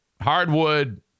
hardwood